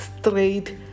straight